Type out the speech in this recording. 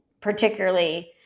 particularly